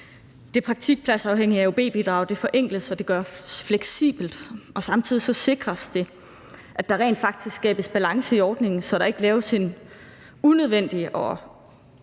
Det praktikpladsafhængige AUB-bidrag forenkles, så det gøres fleksibelt, og samtidig sikres det, at der rent faktisk skabes balance i ordningen, så der ikke laves en unødvendig og